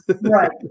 Right